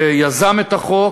שיזם את החוק